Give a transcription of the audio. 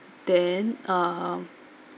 then uh